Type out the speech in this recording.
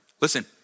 Listen